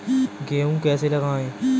गेहूँ कैसे लगाएँ?